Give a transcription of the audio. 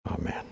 Amen